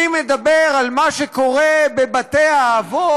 אני מדבר על מה שקורה בבתי-האבות,